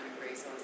resources